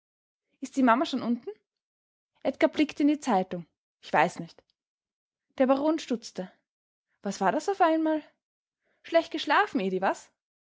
ist die mama schon unten edgar blickte in die zeitung ich weiß nicht der baron stutzte was war das auf einmal schlecht geschlafen edi was